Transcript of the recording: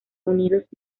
unidos